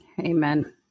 Amen